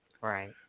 Right